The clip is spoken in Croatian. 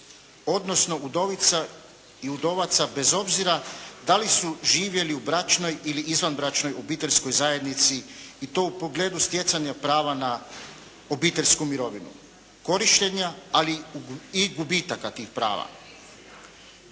odnosno udovica i udovaca bez obzira da li su živjeli u bračnoj ili izvanbračnoj obiteljskoj zajednici i to u pogledu stjecanja prava na obiteljsku mirovinu, korištenja ali i gubitaka tih prava.